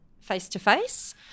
face-to-face